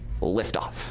liftoff